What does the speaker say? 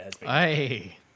Hey